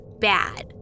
bad